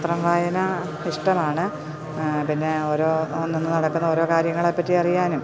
പത്രം വായന ഇഷ്ടമാണ് പിന്നെ ഓരോ അന്നന്ന് നടക്കുന്ന ഓരോ കാര്യങ്ങളെപ്പറ്റി അറിയാനും